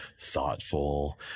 thoughtful